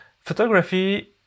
photography